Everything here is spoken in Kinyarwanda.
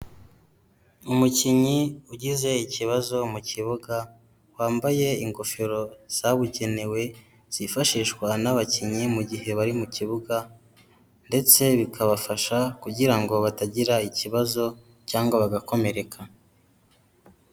Umukinnyi ugize ikibazo mu kibuga, wambaye ingofero zabugenewe zifashishwa n'abakinnyi mu gihe bari mu kibuga, ndetse bikabafasha kugira ngo batagira ikibazo cyangwa bagakomereka.